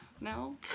No